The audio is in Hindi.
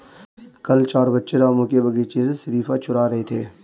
कल चार बच्चे रामू के बगीचे से शरीफा चूरा रहे थे